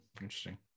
Interesting